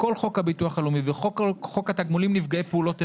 בכל חוק הביטוח הלאומי ובחוק התגמולים נפגעי פעולות איבה,